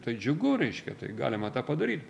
tai džiugu reiškia tai galima tą padaryt